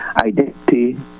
identity